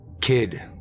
Kid